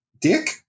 dick